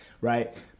right